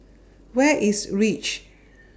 Where IS REACH